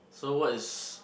so what is